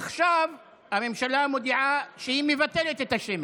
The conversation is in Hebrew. עכשיו הממשלה מודיעה שהיא מבטלת את השמית.